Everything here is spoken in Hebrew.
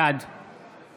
בעד